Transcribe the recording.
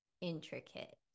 intricate